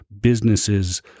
businesses